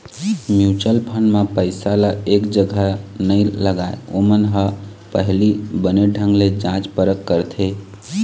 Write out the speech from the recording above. mutual fund म पइसा ल एक जगा नइ लगाय, ओमन ह पहिली बने ढंग ले जाँच परख करथे